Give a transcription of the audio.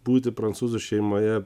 būti prancūzų šeimoje